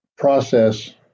process